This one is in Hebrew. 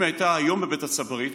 אם היא הייתה היום בבית הצברית,